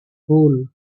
full